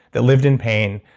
that lived in pain,